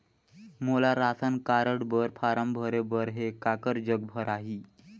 मोला ration card बर form भरे बर हे काकर जग भराही?